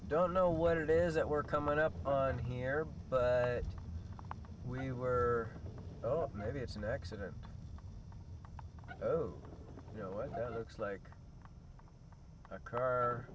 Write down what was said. don't know what it is that we're coming up on here but we were maybe it's an accident you know like a car